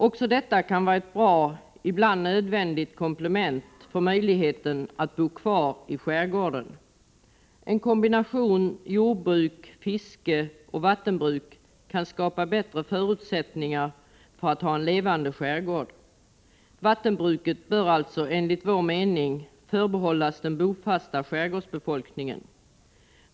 Också detta kan vara ett bra, ibland nödvändigt, komplement som gör det möjligt för människor att bo kvar i skärgården. En kombination av jordbruk, fiske och vattenbruk kan skapa bättre förutsättningar för en levande skärgård. Vattenbruket bör alltså enligt vår uppfattning förbehållas den bofasta skärgårdsbefolkningen.